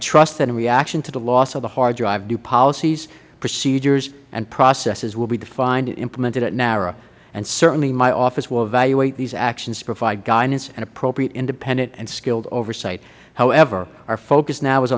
trust that in reaction to the loss of a hard drive new policies procedures and processes will be defined and implemented at nara and certainly my office will evaluate these actions provide guidance and appropriate independent and skilled oversight however our focus now is